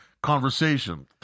Conversation